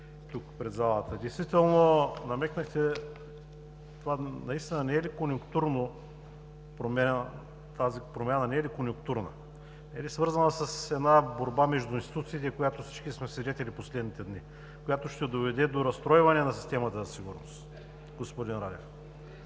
която ще доведе до разстройване на системата за сигурност, господин Радев?